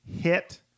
Hit